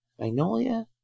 Magnolia